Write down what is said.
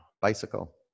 Bicycle